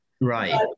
Right